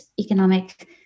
economic